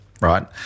right